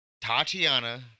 Tatiana